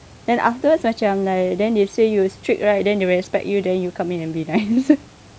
then afterwards macam like then they say you strict right then they respect then you come in and be nice